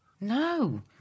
No